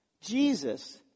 Jesus